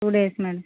two days madam